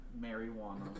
marijuana